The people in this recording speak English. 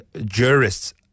Jurists